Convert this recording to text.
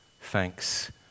Thanks